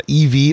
EV